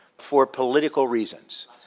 for political reasons.